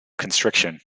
constriction